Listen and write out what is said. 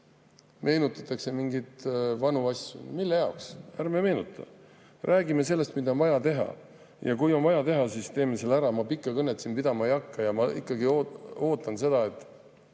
Meenutatakse mingeid vanu asju. Mille jaoks? Ärme meenutame. Räägime sellest, mida on vaja teha. Ja kui on vaja teha, siis teeme ära. Ma pikka kõnet siin pidama ei hakka. Ma ikkagi ootan seda, et